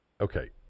Okay